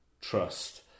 trust